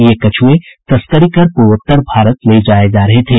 ये कछुए तस्करी कर पूर्वोत्तर भारत ले जाये जा रहे थे